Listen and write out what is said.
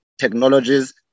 Technologies